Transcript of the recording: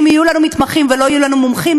אם יהיו לנו מתמחים ולא יהיו לנו מומחים,